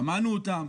שמענו אותם,